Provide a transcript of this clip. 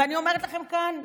ואני אומרת לכם כאן,